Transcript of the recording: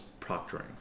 proctoring